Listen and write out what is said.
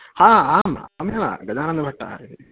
हा आम् अहमेव गजाननभट्टः इति